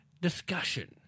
discussion